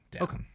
Okay